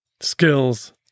skills